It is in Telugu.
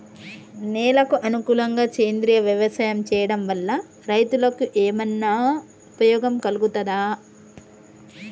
నేలకు అనుకూలంగా సేంద్రీయ వ్యవసాయం చేయడం వల్ల రైతులకు ఏమన్నా ఉపయోగం కలుగుతదా?